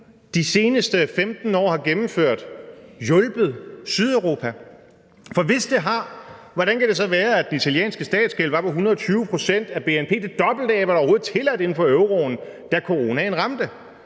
de seneste 15 år, hjulpet Sydeuropa? For hvis de har, hvordan kan det så være, at den italienske statsgæld var på 120 pct. af bnp – det dobbelte af, hvad der overhovedet er tilladt inden for euroen – da coronaen ramte?